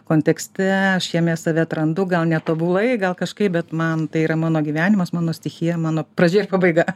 kontekste aš jame save atrandu gal ne tobulai gal kažkaip bet man tai yra mano gyvenimas mano stichija mano pradžia ir pabaiga